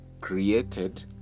created